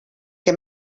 que